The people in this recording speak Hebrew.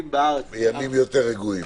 בארץ יישארו --- בימים יותר רגועים.